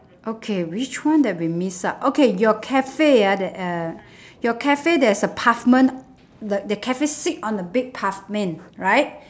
okay which one that we miss out okay your cafe ah that uh your cafe there's a pavement the the cafe sit on the big pavement right